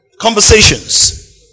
Conversations